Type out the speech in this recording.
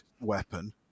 weapon